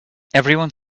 everyone